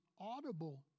audible